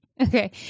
Okay